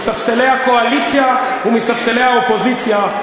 מספסלי הקואליציה ומספסלי האופוזיציה,